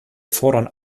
fordern